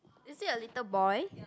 you see a little boy